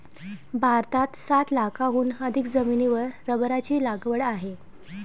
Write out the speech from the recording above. भारतात सात लाखांहून अधिक जमिनीवर रबराची लागवड आहे